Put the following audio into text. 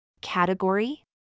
Category